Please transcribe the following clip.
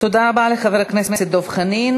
תודה רבה לחבר הכנסת דב חנין.